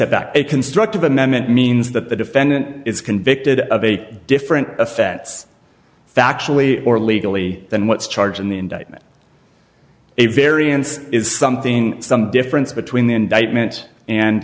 a constructive amendment means that the defendant is convicted of a different effects factually or legally than what's charged in the indictment a variance is something some difference between the indictment and